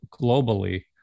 globally